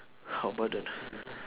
how about the